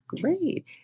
Great